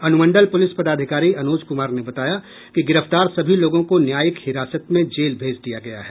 अनुमंडल पुलिस पदाधिकारी अनोज कुमार ने बताया कि गिरफ्तार सभी लोगों को न्यायिक हिरासत में जेल भेज दिया गया है